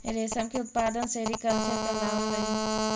रेशम के उत्पादन सेरीकल्चर कहलावऽ हइ